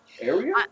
area